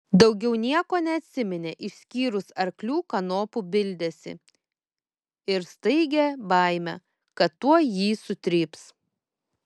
daugiau nieko neatsiminė išskyrus arklių kanopų bildesį ir staigią baimę kad tuoj jį sutryps